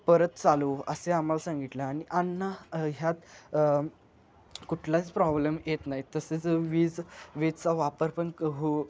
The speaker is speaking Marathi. परत चालू असे आम्हाला सांगितलं आणि अन्ना ह्यात कुठलाच प्रॉब्लेम त नाहीत तसेच वीज वीजेचा वापर पण कहू